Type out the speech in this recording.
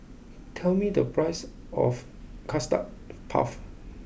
tell me the price of Custard Puff